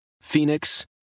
Phoenix